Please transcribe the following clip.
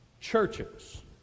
churches